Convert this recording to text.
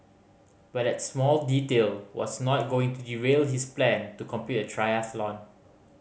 but that small detail was not going to derail his plan to complete a triathlon